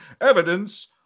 evidence